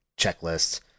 checklists